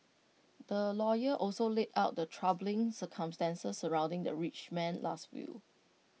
the lawyer also laid out the troubling circumstances surrounding the rich man's Last Will